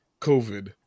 covid